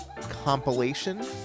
compilation